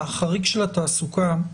החריג של התעסוקה,